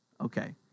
okay